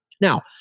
Now